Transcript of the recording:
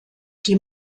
die